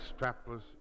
strapless